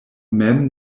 mem